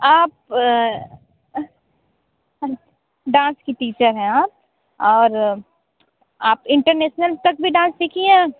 आप डांस की टीचर हैं आप और आप इंटरनेशनल तक भी डांस सीखी हैं